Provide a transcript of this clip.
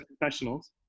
Professionals